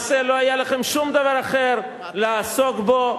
למעשה לא היה לכם שום דבר אחר לעסוק בו.